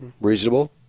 Reasonable